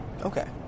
Okay